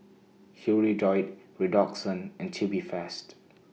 Hirudoid Redoxon and Tubifast